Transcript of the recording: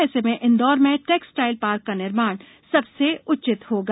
ऐसे में इंदौर में टैक्सटाइल पार्क का निर्माण सबसे उचित होगा